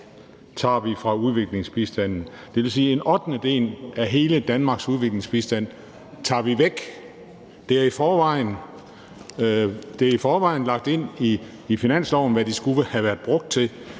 tager vi fra udviklingsbistanden, og det vil sige, at vi tager en ottendedel af hele Danmarks udviklingsbistand væk. Det er i forvejen lagt ind i finansloven, hvad de skulle have været brugt til,